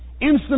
instant